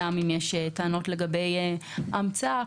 וגם אם יש טענות לגבי המצאה.